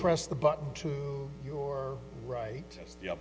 press the button to your right yeah